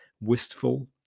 Wistful